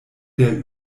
der